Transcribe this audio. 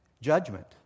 judgment